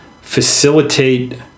facilitate